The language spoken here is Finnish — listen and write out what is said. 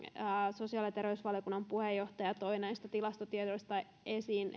sosiaali ja terveysvaliokunnan puheenjohtaja edustaja vehviläinen toi näistä tilastotiedoista esiin